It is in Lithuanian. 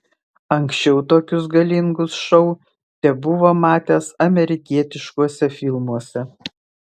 anksčiau tokius galingus šou tebuvo matęs amerikietiškuose filmuose